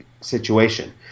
situation